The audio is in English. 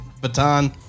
baton